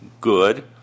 good